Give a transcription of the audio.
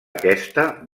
aquesta